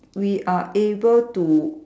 we are able to